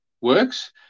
works